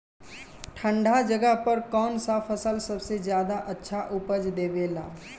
ठंढा जगह पर कौन सा फसल सबसे ज्यादा अच्छा उपज देवेला?